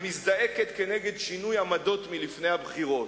שמזדעקת כנגד שינוי עמדות מלפני הבחירות,